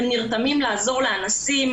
הם נרתמים לעזור לאנסים,